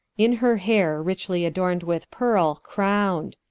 in her haire, richly adorned with pearle, crowned.